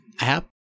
app